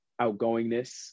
outgoingness